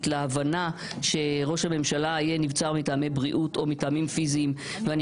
להבנה שראש הממשלה יהיה נבצר מטעמי בריאות או מטעמים פיזיים ואני